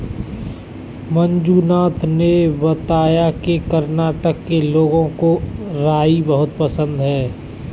मंजुनाथ ने बताया कि कर्नाटक के लोगों को राई बहुत पसंद है